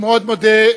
אני מאוד מודה.